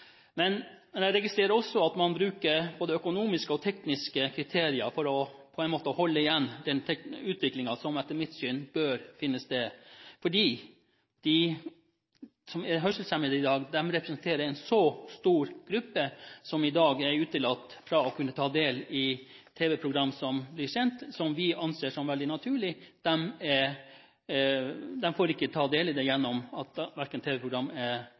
Men jeg registrerer også at man bruker både økonomiske og tekniske kriterier for å holde igjen den utviklingen som etter mitt syn bør finne sted, for de hørselshemmede representerer en stor gruppe som i dag er utelatt fra å kunne ta del i tv-program som blir sendt, som vi anser som veldig naturlig. De får ikke ta del i det fordi mange tv-programmer ikke er tekstet. Jeg synes at